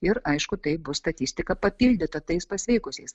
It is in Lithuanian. ir aišku taip bus statistika papildyta tais pasveikusiais